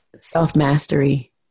self-mastery